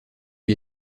lui